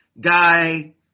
guy